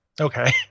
okay